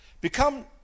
Become